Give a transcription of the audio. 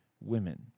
women